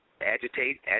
agitate